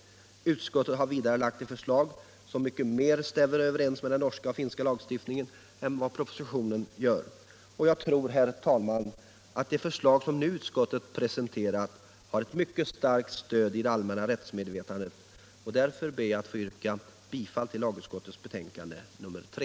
Utskottet har vidare framlagt ett förslag som bättre stämmer överens med den norska och finska lagstiftningen än förslaget i propositionen, Jag tror dessutom, herr talman, att det majoritetsförslag som nu presenterats har ett mycket starkt stöd i det allmänna rättsmedvetandet. Därför ber jag att få yrka bifall till lagutskottets hemställan i betänkandet nr 3.